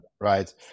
right